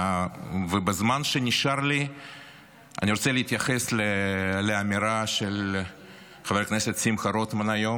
בזמן שנשאר לי אני רוצה להתייחס לאמירה של חבר הכנסת שמחה רוטמן היום,